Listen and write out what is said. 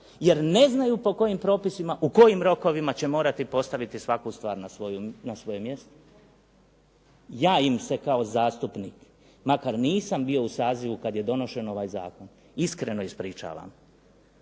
jer ne znaju po kojim propisima u kojim rokovima će morati postaviti svaku stvar na svoje mjesto. Ja im se kao zastupnik, makar nisam bio u sazivu kada je donošen ovaj zakon, iskreno ispričavam.